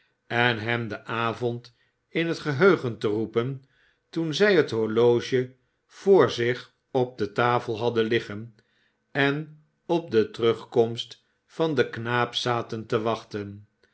en hem den avond in het geheugen te roepen toen zij het horloge voor zich op de tafel hadden liggen en op de terugkomst van den knaap zaten te wachten